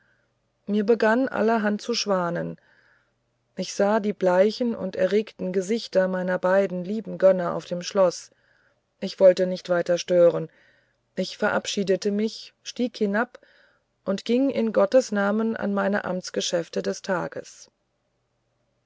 mir begann allerhand zu schwanen ich sah die bleichen und erregten gesichter meiner beiden lieben gönner auf dem schloß ich wollte nicht weiter stören ich verabschiedete mich stieg hinab und ging in gottes namen an meine amtsgeschäfte des tages